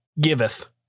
Giveth